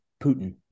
Putin